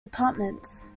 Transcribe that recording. apartments